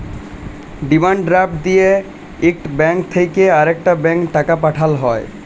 demand draft দিঁয়ে ইকট bank থ্যাইকে আরেকট ব্যাংকে টাকা পাঠাল হ্যয়